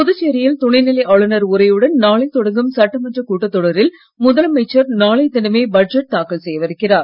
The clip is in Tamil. புதுச்சேரியில் துணைநிலை ஆளுநர் உரையுடன் நாளை தொடங்கும் சட்டமன்ற கூட்டத்தொடரில் முதலமைச்சர் நாளைய தினமே பட்ஜெட் தாக்கல் செய்யவிருக்கிறார்